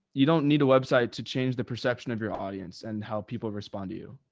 you don't need a website to change the perception of your audience and how people respond to you.